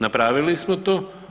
Napravili smo to.